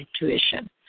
intuition